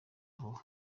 vuba